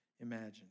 imagine